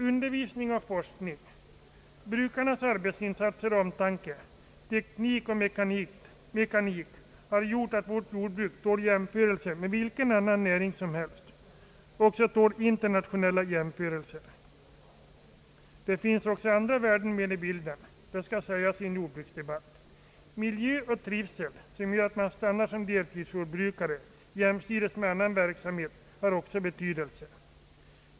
Undervisning och forskning, brukarnas arbetsinsatser och omtanke, teknik och mekanik har gjort att vårt jordbruk tål jämförelser med vilken annan näring som helst, också internationella jämförelser. Det skall också framhållas i en jordbruksdebatt att det även finns andra värden med i bilden. Miljöoch trivselfaktorer har också betydelse och gör att många fortsätter att vara deltidsjordbrukare jämsides med annan verksamhet.